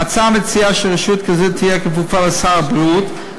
ההצעה מציעה שרשות כזו תהיה כפופה לשר הבריאות,